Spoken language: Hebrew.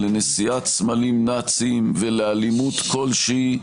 לנשיאת סמלים נאציים ולאלימות כלשהי,